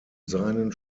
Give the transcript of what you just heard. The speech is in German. seinen